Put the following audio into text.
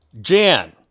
Jan